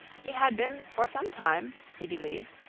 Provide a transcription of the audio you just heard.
he had been for some time, he believed,